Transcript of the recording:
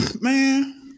Man